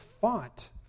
fought